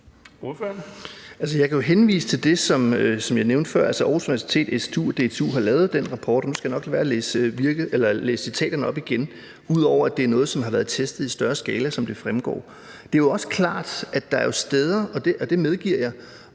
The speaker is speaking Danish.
Jeg kan jo henvise til det, som jeg nævnte før, altså at Aarhus Universitet, SDU og DTU har lavet den rapport. Nu skal jeg nok lade være med at læse citaterne op igen. Det har været testet i større skala, som det fremgår. Det er også klart, at der jo er steder – og det medgiver jeg